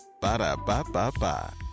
Ba-da-ba-ba-ba